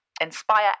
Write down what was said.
inspire